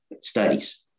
studies